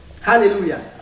Hallelujah